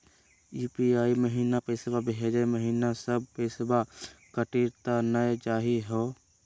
UPI महिना पैसवा भेजै महिना सब पैसवा कटी त नै जाही हो?